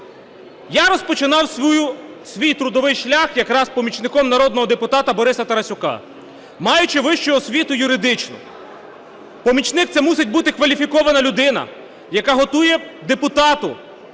Я розпочинав свій трудовий шлях якраз помічником народного депутата Бориса Тарасюка, маючи вищу освіту юридичну. Помічник – це мусить бути кваліфікована людина, яка готує депутату